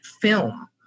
film